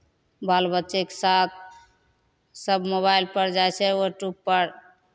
बाल बच्चेके साथ सभ मोबाइलपर जाइ छै यूट्यूबपर